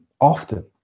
often